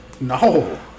No